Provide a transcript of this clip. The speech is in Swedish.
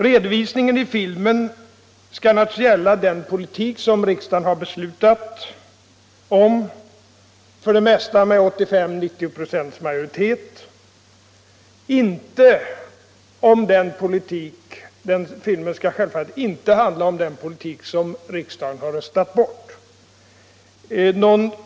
Redovisningen i filmen skall naturligtvis gälla den politik som riksdagen har beslutat om, för det mesta med 85-90 96 majoritet, inte den politik som riksdagen har röstat bort.